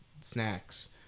snacks